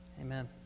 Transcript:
amen